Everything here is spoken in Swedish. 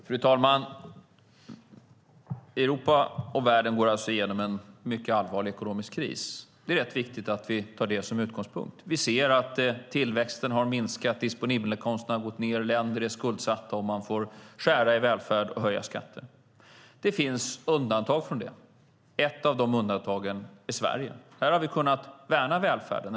Fru talman! Europa och världen går alltså igenom en mycket allvarlig ekonomisk kris. Det är rätt viktigt att vi tar det som utgångspunkt. Vi ser att tillväxten har minskat, disponibelinkomsterna har gått ned, länder är skuldsatta och man får skära i välfärd och höja skatter. Det finns undantag från det. Ett av de undantagen är Sverige. Här har vi kunnat värna välfärden.